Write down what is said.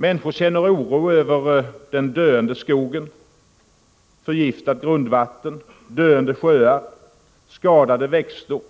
Människor känner oro över den döende skogen, det förgiftade grundvattnet, de döende sjöarna, de skadade växterna,